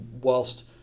whilst